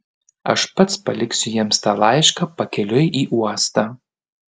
aš pats paliksiu jiems tą laišką pakeliui į uostą